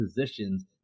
positions